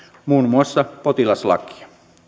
muun muassa potilaslakia